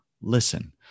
listen